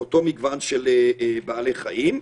באותו מגוון של בעלי חיים.